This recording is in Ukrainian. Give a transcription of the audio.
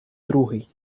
другий